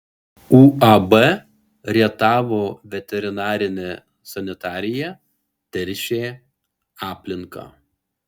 uab rietavo veterinarinė sanitarija teršė aplinką